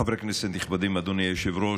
חברי כנסת נכבדים, אדוני היושב-ראש,